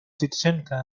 citizenship